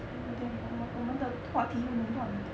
in the moment 我们的话题又很乱